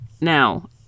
Now